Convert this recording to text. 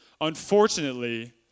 unfortunately